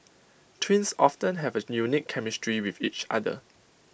twins often have A unique chemistry with each other